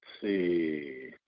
see